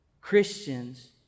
Christians